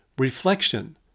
Reflection